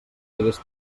hagués